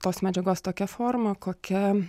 tos medžiagos tokia forma kokia